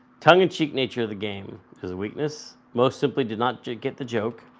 tongue-in-cheek nature of the game is a weakness, most simply did not get the joke.